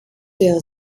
der